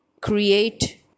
create